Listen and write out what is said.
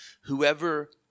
Whoever